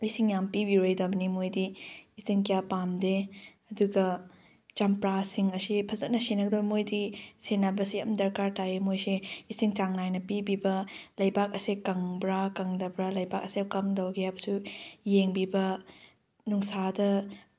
ꯏꯁꯤꯡ ꯌꯥꯝ ꯄꯤꯕꯤꯔꯣꯏꯗꯕꯅꯤ ꯃꯣꯏꯗꯤ ꯏꯁꯤꯡ ꯀꯌꯥ ꯄꯥꯝꯗꯦ ꯑꯗꯨꯒ ꯆꯝꯄ꯭ꯔꯥꯁꯤꯡ ꯑꯁꯤ ꯐꯖꯅ ꯁꯦꯟꯅꯒꯗꯧꯕ ꯃꯣꯏꯗꯤ ꯁꯦꯟꯅꯕꯁꯤ ꯌꯥꯝ ꯗꯔꯀꯥꯔ ꯇꯥꯏꯌꯦ ꯃꯣꯏꯁꯦ ꯏꯁꯤꯡ ꯆꯥꯡ ꯅꯥꯏꯅ ꯄꯤꯕꯤꯕ ꯂꯩꯕꯥꯛ ꯑꯁꯦ ꯀꯪꯕ꯭ꯔꯥ ꯀꯪꯗꯕ꯭ꯔꯥ ꯂꯩꯕꯥꯛ ꯑꯁꯦ ꯑꯀꯪꯗꯕ ꯀꯌꯥꯕꯨꯁꯨ ꯌꯦꯡꯕꯤꯕ ꯅꯨꯡꯁꯥꯗ